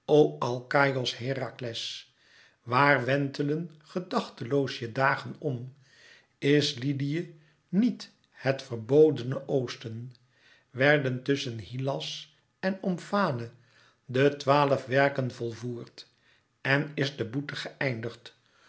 o alkaïos herakles waar wentelen gedachteloos je dagen om is lydië niet het verbodene oosten werden tusschen hylas en omfale de twaalf werken volvoerd en is de boete